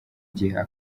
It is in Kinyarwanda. gihe